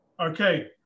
okay